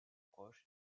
proche